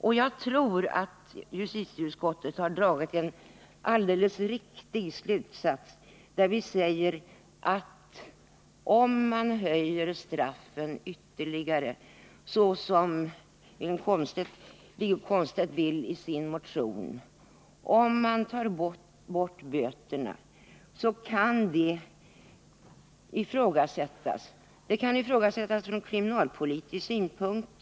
Och jag tror att vi i justitieutskottet har dragit en alldeles riktig slutsats när vi säger att om vi ytterligare skulle skärpa straffen, så som har förordats i den motion som har väckts av Wiggo Komstedt m.fl., och om vi skulle ta bort böterna skulle detta kunna ifrågasättas från bl.a. kriminalpolitisk synpunkt.